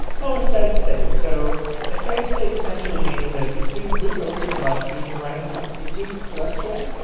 no, a fed state. so a fed state essentially means that it sees glucose in the bloodstream rising up, it sees cholesterol,